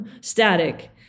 static